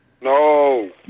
No